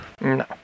No